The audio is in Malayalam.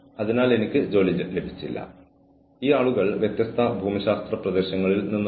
കൂടാതെ പോളിസി തീരുമാനിക്കുമ്പോൾ പോളിസി വ്യക്തമായ വ്യവസ്ഥകളിൽ എഴുതണം